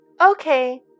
Okay